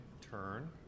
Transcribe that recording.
turn